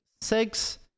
six